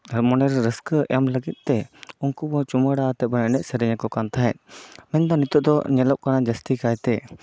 ᱢᱚᱱᱮᱨᱮ ᱨᱟᱹᱥᱠᱟᱹ ᱮᱢ ᱞᱟᱹᱜᱤᱫ ᱛᱮ ᱩᱱᱠᱩ ᱠᱚ ᱪᱩᱢᱟᱹᱲᱟ ᱟᱛᱮᱜ ᱵᱚᱱ ᱮᱱᱮᱡ ᱥᱮᱨᱮᱧ ᱟᱠᱚ ᱠᱟᱱ ᱛᱟᱦᱮᱸᱜ ᱢᱮᱱ ᱫᱚ ᱱᱤᱛᱚᱜ ᱫᱚ ᱧᱮᱞᱚᱜ ᱠᱟᱱᱟ ᱡᱟᱹᱥᱛᱤ ᱠᱟᱭᱛᱮ